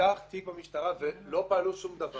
שנפתח תיק במשטרה ולא פעלו שום דבר